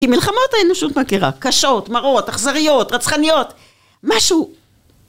כי מלחמות האנושות מכירה, קשות, מרות, אכזריות, רצחניות, משהו